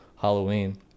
Halloween